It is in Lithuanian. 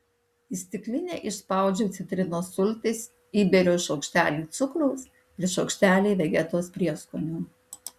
į stiklinę išspaudžiu citrinos sultis įberiu šaukštelį cukraus ir šaukštelį vegetos prieskonių